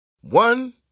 One